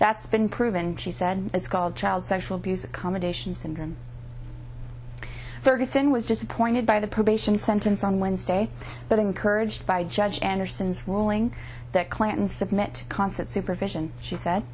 that's been proven she said it's called child sexual abuse accommodation syndrome ferguson was disappointed by the probation sentence on wednesday but encouraged by judge anderson's ruling that clinton submit to constant supervision she said